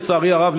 לצערי הרב,